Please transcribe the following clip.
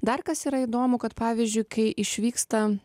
dar kas yra įdomu kad pavyzdžiui kai išvyksta